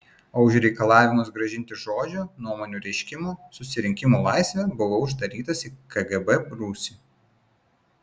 o už reikalavimus grąžinti žodžio nuomonių reiškimo susirinkimų laisvę buvau uždarytas į kgb rūsį